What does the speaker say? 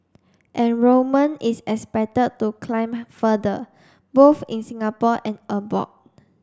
enrolment is expected to climb further both in Singapore and abroad